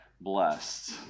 blessed